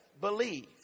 believe